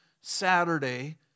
Saturday